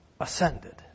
ascended